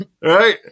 right